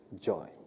joy